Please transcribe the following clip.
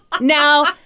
Now